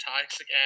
toxic